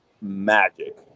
magic